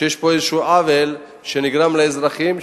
שיש פה עוול שנגרם לאזרחים,